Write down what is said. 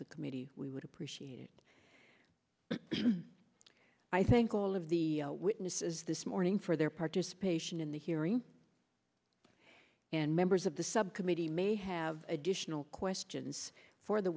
the committee we would appreciate it i think all of the witnesses this morning for their participation in the hearing and members of the subcommittee may have additional questions for the